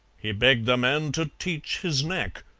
he begged the man to teach his knack.